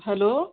hello